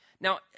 Now